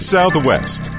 Southwest